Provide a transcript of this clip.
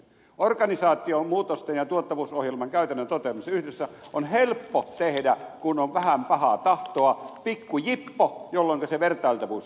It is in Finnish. organisaatiomuutosten ja tuottavuusohjelman käytännön toteutus yhdessä on helppo tehdä kun on vähän pahaa tahtoa pikku jippo jolloinka se vertailtavuus häviää